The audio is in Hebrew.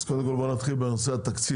אז קודם כל בואו נתחיל בנושא התקציב,